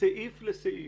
סעיף לסעיף,